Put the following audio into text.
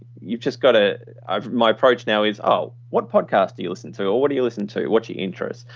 you've just got ah to my approach now is, oh, what podcast do you listen to? or what do you listen to? what's your interest?